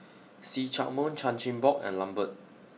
see Chak Mun Chan Chin Bock and Lambert